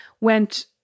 Went